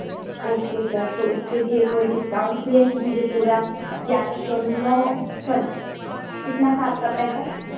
okay sir तो उसके लिए कोई डिस्काउटं भी है या मुझे पूरा ग्यारह सौ नौ सॉरी कितना था आपका पैसा